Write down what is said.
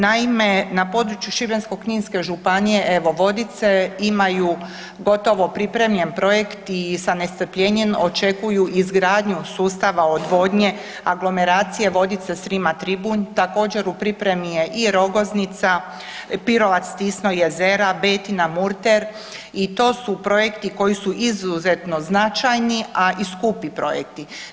Naime, na području Šibensko-kninske županije evo Vodice imaju gotovo pripremljen projekt i sa nestrpljenjem očekuju izgradnju sustava odvodnje aglomeracije Vodice-Srima-Tribunj, također u pripremi je i Rogoznica, Pirovac-Tisno-Jezera, BEtina-Murter i to su projekti koji su izuzetno značajni, a i skupi projekti.